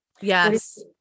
yes